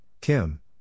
Kim